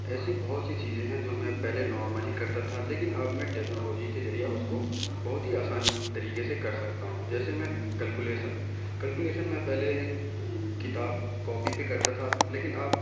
ایسی بہت سی چیزیں ہیں جو میں پہلے نارملی کرتا تھا لیکن اب میں ٹیکنالوجی کے ذریعے اس کو بہت ہی آسانی طریقے سے کر سکتا ہوں جیسے میں کلکولیشن کلکولیشن میں پہلے کتاب کاپی پہ کرتا تھا لیکن اب